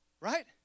Right